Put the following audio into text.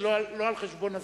לא על חשבון הזמן,